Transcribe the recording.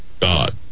God